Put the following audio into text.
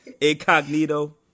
Incognito